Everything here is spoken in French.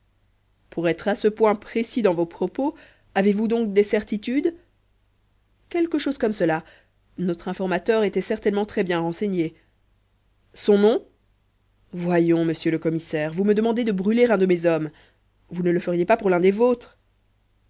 pour être à ce point précis dans vos propos avez-vous donc des certitudes quelque chose comme cela notre informateur était certainement très bien renseigné son nom voyous monsieur le commissaire vous me demandez de brûler un de mes hommes vous ne le feriez pas pour l'un des vôtres